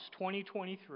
2023